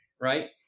right